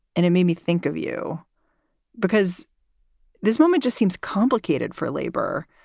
and it made me think of you because this moment just seems complicated for labor.